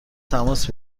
تماس